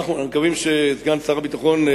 אנחנו מקווים שסגן שר הביטחון,